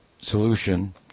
solution